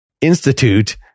Institute